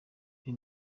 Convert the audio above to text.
uyu